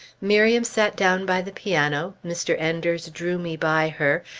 miriam sat down by the piano, mr. enders drew me by her,